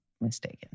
mistaken